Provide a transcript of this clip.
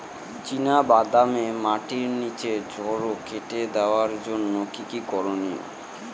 চিনা বাদামে মাটির নিচে জড় কেটে দেওয়ার জন্য কি কী করনীয়?